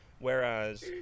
whereas